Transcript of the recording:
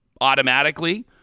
automatically